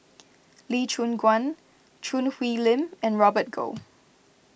Lee Choon Guan Choo Hwee Lim and Robert Goh